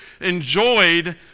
enjoyed